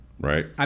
Right